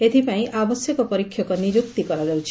ଏଥିପାଇଁ ଆବଶ୍ୟକ ପରୀକ୍ଷକ ନିଯୁକ୍ତି କରାଯାଉଛି